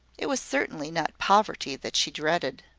it was certainly not poverty that she dreaded.